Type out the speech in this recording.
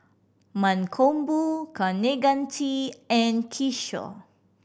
Mankombu Kaneganti and Kishore